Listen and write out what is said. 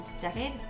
decade